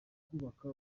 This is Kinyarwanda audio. kubaka